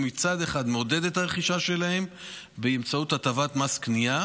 מצד אחד מעודד את הרכישה שלהם באמצעות הטבת מס קנייה